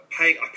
pay